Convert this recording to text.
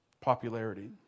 Popularity